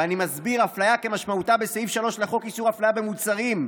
ואני מסביר: אפליה כמשמעותה בסעיף 3 לחוק איסור הפליה בין מוצרים,